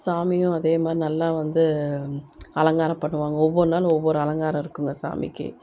சாமியும் அதே மாதிரி நல்லா வந்து அலங்காரம் பண்ணுவாங்க ஒவ்வொரு நாளும் ஒவ்வொரு அலங்காரம் இருக்குங்க சாமிக்கு